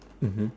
mmhmm